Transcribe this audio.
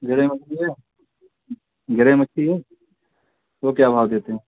گرے مچھلی ہے گرے مچھلی ہے وہ کیا بھاؤ دیتے ہیں